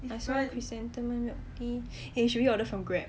I also want chrysanthemum milk tea eh should we order from Grab